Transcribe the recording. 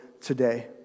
today